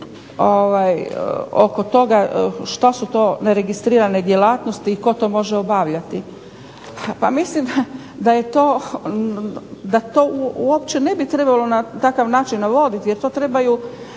oko toga šta su neregistrirane djelatnosti, i tko to može obavljati. Pa mislim da je to, da to uopće ne bi trebalo na takav način navoditi, jer to trebaju,